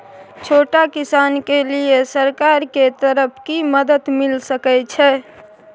छोट किसान के लिए सरकार के तरफ कि मदद मिल सके छै?